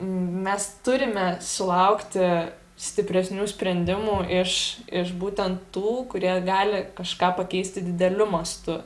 mes turime sulaukti stipresnių sprendimų iš iš būtent tų kurie gali kažką pakeisti dideliu mastu